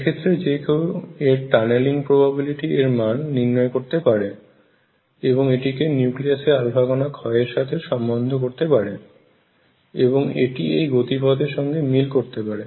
এক্ষেত্রে যে কেউ এর টানেলিং প্রবাবিলিটি এর মান নির্ণয় করতে পারে এবং এটিকে নিউক্লিয়াসের আলফা কণার ক্ষয় এর সাথে সম্বন্ধ করতে পারে এবং এটি এই গতিপথের সঙ্গে মিল করতে পারে